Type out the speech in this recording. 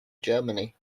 germany